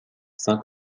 saint